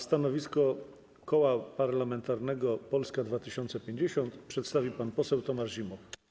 Stanowisko Koła Parlamentarnego Polska 2050 przedstawi pan poseł Tomasz Zimoch.